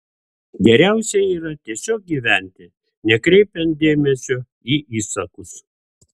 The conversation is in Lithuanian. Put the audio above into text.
geriausia yra tiesiog gyventi nekreipiant dėmesio į įsakus